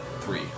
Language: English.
Three